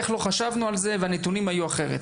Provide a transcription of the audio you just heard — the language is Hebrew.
איך לא חשבנו על זה והנתונים היו אחרת.